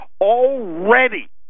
Already